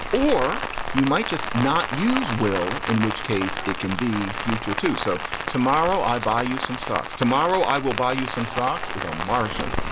or you might just not use will, in which case it can be future, too. so tomorrow i buy you some socks. tomorrow i will buy you some socks is a martian.